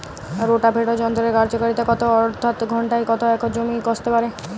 Rotavator যন্ত্রের কার্যকারিতা কত অর্থাৎ ঘণ্টায় কত একর জমি কষতে পারে?